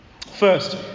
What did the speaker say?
First